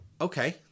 Okay